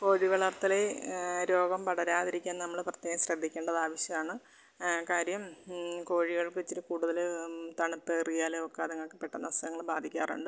കോഴി വളർത്തൽ രോഗം പടരാതിരിക്കാൻ നമ്മൾ പ്രത്യേകം സ്രദ്ധിക്കേണ്ടത് ആവശ്യമാണ് കാര്യം കോഴികൾക്ക് ഇച്ചിരി കൂടുതൽ തണുപ്പ് ഏറിയാലൊക്കെ അതുങ്ങൾക്ക് പെട്ടന്ന് അസുഖങ്ങൾ ബാധിക്കാറുണ്ട്